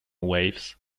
waves